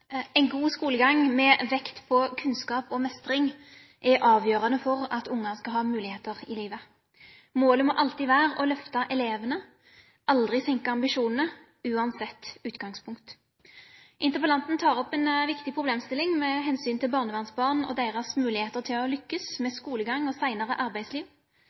En god skolegang, med vekt på kunnskap og mestring, er avgjørende for at unger skal ha muligheter i livet. Målet må alltid være å løfte elevene – aldri senke ambisjonene, uansett utgangspunkt. Interpellanten tar opp en viktig problemstilling med hensyn til barnevernsbarn og deres muligheter til å lykkes med skolegang og senere arbeidsliv.